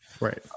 Right